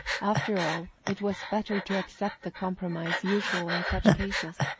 after all, it was better to accept the compromise usual in such cases,